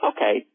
Okay